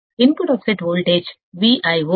input offset voltage VIO